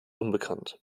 unbekannt